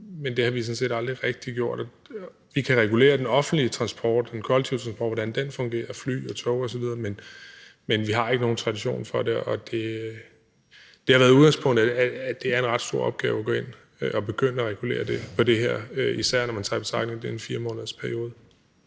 men det har vi sådan set aldrig rigtig gjort. Vi kan regulere den offentlige transport, den kollektive transport, altså hvordan den fungerer i forhold til fly og tog osv., men vi har ikke nogen tradition for det. Og det har været udgangspunktet, at det er en ret stor opgave at gå ind at begynde at regulere det på det her, især når man tager i betragtning, at det er en 4-månedersperiode.